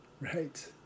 Right